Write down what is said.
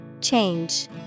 Change